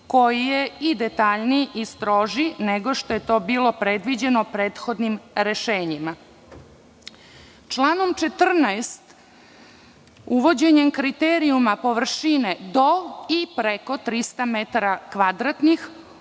koji je i detaljniji i strožiji nego što je to bilo predviđeno prethodnim rešenjima. Članom 14. uvođenjem kriterijuma površine do i preko 300 m2 uvodi